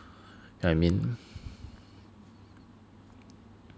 do you know what I mean